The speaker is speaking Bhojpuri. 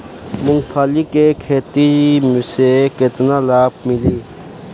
मूँगफली के खेती से केतना लाभ मिली?